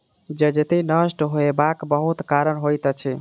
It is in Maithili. जजति नष्ट होयबाक बहुत कारण होइत अछि